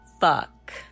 fuck